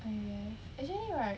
I guess actually right